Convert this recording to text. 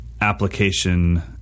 application